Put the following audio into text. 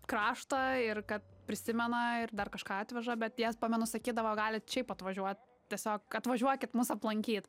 kraštą ir kad prisimena ir dar kažką atveža bet jie pamenu sakydavo galit šiaip atvažiuot tiesiog atvažiuokit mus aplankyt